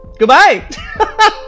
Goodbye